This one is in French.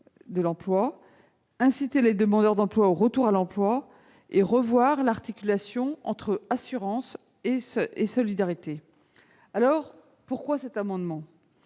de l'emploi, inciter les demandeurs d'emploi au retour à l'emploi, et revoir l'articulation entre assurance et solidarité. Alors, pourquoi cet amendement ?